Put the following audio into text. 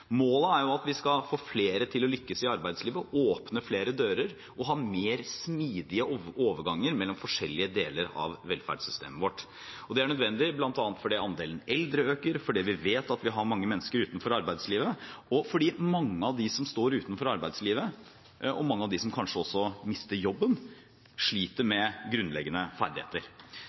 Målet er at vi skal få flere til å lykkes i arbeidslivet, åpne flere dører og ha mer smidige overganger mellom forskjellige deler av velferdssystemet vårt. Det er nødvendig bl.a. fordi andelen eldre øker, fordi vi vet at vi har mange mennesker utenfor arbeidslivet, og fordi mange av dem som står utenfor arbeidslivet, og mange av dem som kanskje også mister jobben, sliter med grunnleggende ferdigheter.